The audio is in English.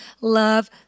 love